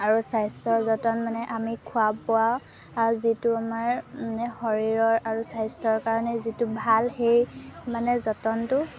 আৰু স্বাস্থ্যৰ যতন মানে আমি খোৱা বোৱা যিটো আমাৰ মানে শৰীৰৰ আৰু স্বাস্থ্যৰ কাৰণে যিটো ভাল সেই মানে যতনটো